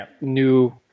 new